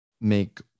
make